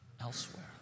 elsewhere